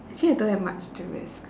actually I don't have much to risk